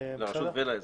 לרשות ולאזרח.